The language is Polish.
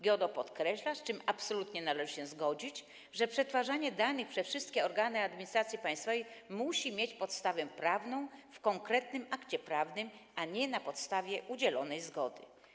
GIODO podkreśla, z czym absolutnie należy się zgodzić, że przetwarzanie danych przez wszystkie organy administracji państwowej musi mieć podstawę prawną w konkretnym akcie prawnym, a nie odbywać się na podstawie udzielonej zgody.